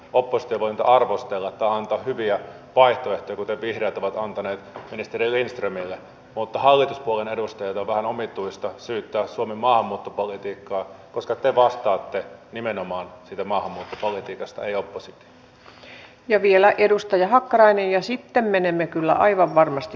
oppositio on arvostellutta antaa hyviä vaihtoehtoja kuten vihreät pyytäisinkin arvon ministeriä vielä tarkentamaan missä aikataulussa nämä normitalkoot tällä hetkellä etenevät sekä toisena asiana kysyisin sitä millaisin toimin hallitus aikoo auttaa ja mahdollistaa kuntien elinkeinopolitiikan vahvistamista